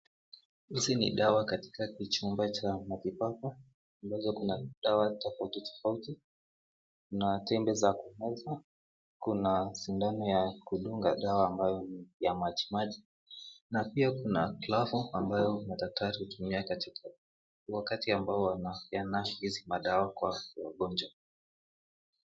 Hizi ni dawa katika kichumba cha matibabu ambazo kuna dawa tofauti tofauti na tembe za kumeza, kuna sindano ya kudunga dawa ambayo ni ya majimaji na pia kuna glovu ambayo madaktari hutumia wakati ambao wanapeana hizi madawa kwa wagonjwa.